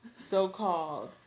so-called